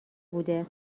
بوده